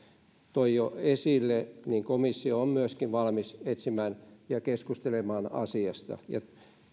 toi jo esille niin komissio on myöskin valmis etsimään ja keskustelemaan asiasta ja